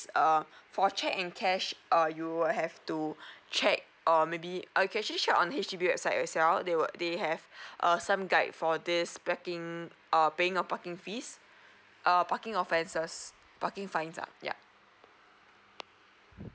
err for cheque and cash err you will have to check err maybe okay you can actually check on the H_D_B website itself they have err some guide for this packing err paying a parking fees err parking offences parking fines ah ya